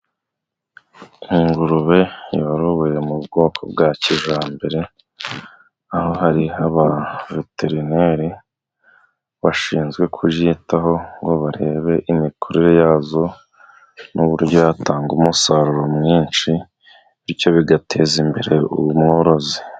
Ingurube yorowe mu bwoko bwa kijyambere, aho hari abaveterineri bashinzwe kuzitaho ngo barebe imikurire yazo n'uburyo yatanga umusaruro mwinshi, bityo bigateza imbere umworozi.